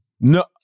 No